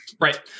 Right